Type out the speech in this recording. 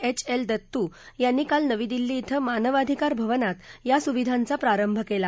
H L Dattu यांनी काल नवी दिल्ली क्रें मानवाधिकार भवनात या सुविधांचा प्रारंभ केला